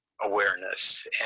Awareness